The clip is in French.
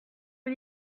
mon